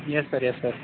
yes sir yes sir